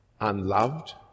unloved